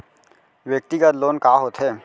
व्यक्तिगत लोन का होथे?